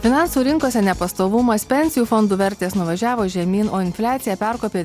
finansų rinkose nepastovumas pensijų fondų vertės nuvažiavo žemyn o infliacija perkopė